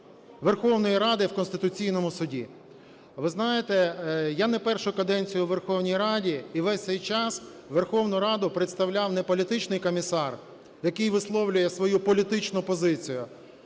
Верховної Ради в Конституційному Суді. Ви знаєте, я не першу каденцію у Верховній Раді, і весь цей час Верховну Раду представляв не політичний комісар, який висловлює свою політичну позицію,